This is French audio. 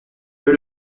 peu